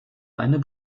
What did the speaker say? eine